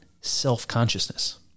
self-consciousness